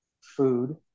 food